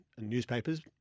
newspapers